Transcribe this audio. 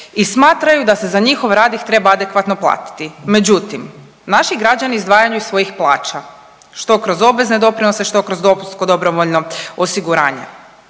i smatraju da se za njihov rad ih treba adekvatno platiti. Međutim, naši građani izdvajaju iz svojih plaća, što kroz obvezne doprinose, što kroz dopunsko dobrovoljno osiguranje.